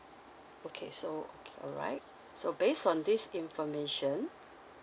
okay so okay alright so based on this information